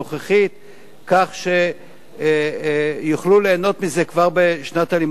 כך שיוכלו ליהנות מזה כבר בשנת הלימודים הנוכחית.